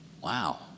Wow